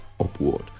upward